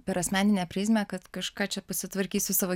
per asmeninę prizmę kad kažką čia pasitvarkysiu savo